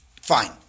Fine